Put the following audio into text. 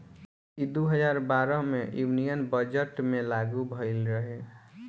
ई दू हजार बारह मे यूनियन बजट मे लागू भईल रहे